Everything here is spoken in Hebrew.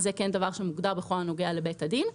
זה דבר שמוגדר בכל הנוגע לבית הדין.